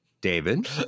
David